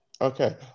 Okay